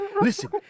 Listen